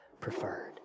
preferred